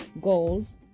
goals